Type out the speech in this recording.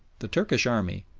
the turkish army,